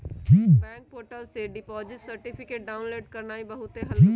bank portal से deposit certificate download करनाइ बहुते हल्लुक हइ